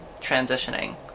transitioning